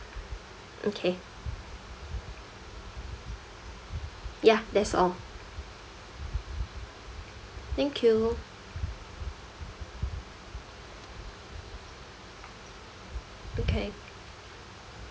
okay ya that's all thank you okay